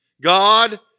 God